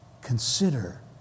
consider